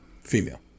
female